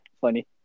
Funny